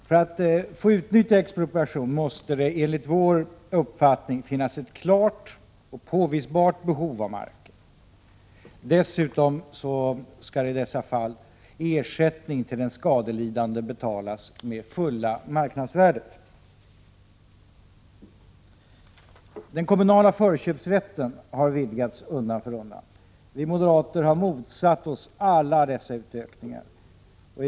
För att få utnyttja expropriation måste det enligt vår uppfattning finnas ett klart och påvisbart behov av marken. Dessutom skall i dessa fall ersättning till den skadelidande betalas med fulla marknadsvärdet. Den kommunala förköpsrätten har vidgats undan för undan. Vi moderater har motsatt oss alla dessa utökningar.